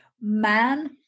man